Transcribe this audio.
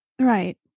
Right